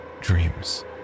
dreams